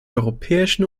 europäischen